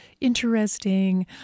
interesting